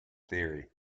theory